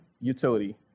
utility